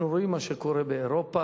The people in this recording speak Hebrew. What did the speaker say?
אנחנו רואים מה שקורה באירופה.